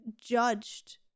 judged